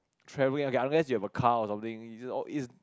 travelling okay unless you have a car or something it's all it's